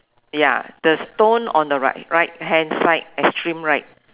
ya the stone on the right right hand side extreme right